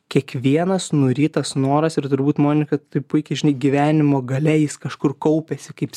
kiekvienas nurytas noras ir turbūt monika tu puikiai žinai gyvenimo gale jis kažkur kaupiasi kaip